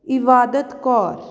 Ibadat Kaur